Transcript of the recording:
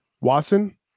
Watson